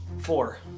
Four